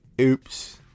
Oops